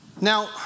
Now